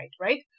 right